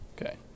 Okay